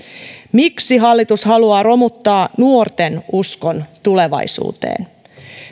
miksi hallitus haluaa romuttaa nuorten uskon tulevaisuuteen